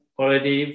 already